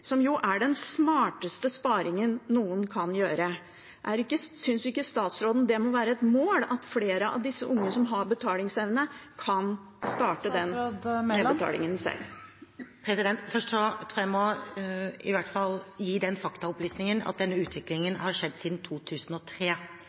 som jo er den smarteste sparingen noen kan gjøre. Synes ikke statsråden det må være et mål at flere av de unge som har betalingsevne, kan starte den nedbetalingen selv? Først må jeg i hvert fall gi den faktaopplysningen at denne utviklingen